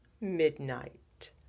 Midnight